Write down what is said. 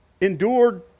endured